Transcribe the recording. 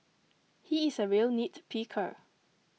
he is a real nitpicker